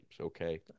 Okay